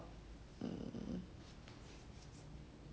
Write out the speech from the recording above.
mm~